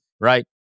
right